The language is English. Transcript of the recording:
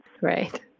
Right